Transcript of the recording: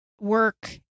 work